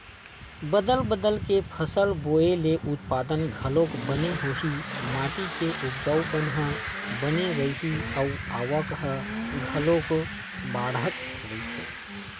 बदल बदल के फसल बोए ले उत्पादन घलोक बने होही, माटी के उपजऊपन ह बने रइही अउ आवक ह घलोक बड़ाथ रहीथे